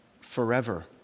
forever